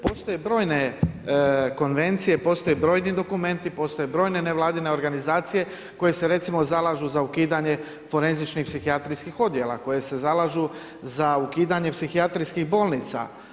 Postoje brojne konvencije, postoje brojni dokumenti, postoje brojne nevladine organizacije koje se recimo zalažu za ukidanje forenzičnih psihijatrijskih odjela, koje se zalažu za ukidanje psihijatrijskih bolnica.